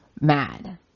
mad